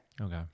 Okay